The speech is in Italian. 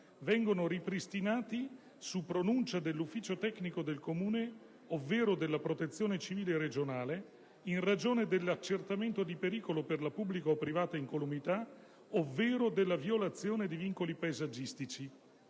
vengono ripristinati su pronuncia dell'Ufficio tecnico del Comune, ovvero della Protezione civile regionale in ragione dell'accertamento di pericolo per la pubblica o privata incolumità, ovvero della violazione di vincoli paesaggistici.